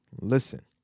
listen